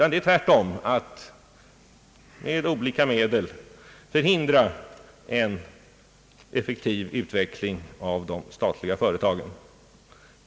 Ni vill tvärtom med olika medel förhindra en effektiv utveckling av de statliga företagen.